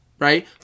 Right